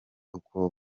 uko